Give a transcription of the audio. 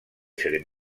ser